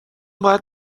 باید